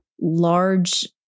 large